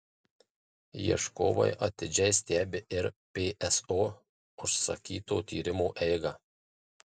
ieškovai atidžiai stebi ir pso užsakyto tyrimo eigą